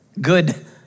Good